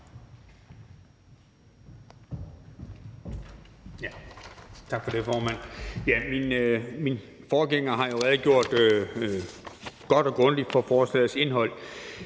Tak for det, formand. Den foregående ordfører har jo redegjort godt og grundigt for forslagets indhold.